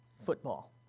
football